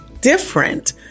different